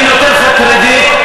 אני נותן לך קרדיט,